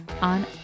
on